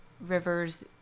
Rivers